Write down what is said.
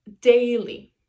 daily